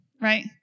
right